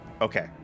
okay